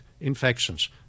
infections